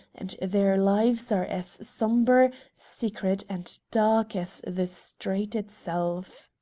and their lives are as sombre, secret, and dark as the street itself.